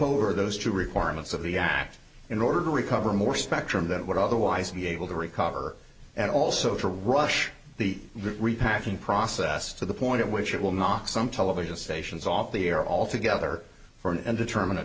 over those two requirements of the act in order to recover more spectrum that would otherwise be able to recover and also to rush the repacking process to the point at which it will knock some television stations off the air altogether for an